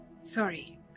sorry